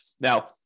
Now